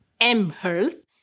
mHealth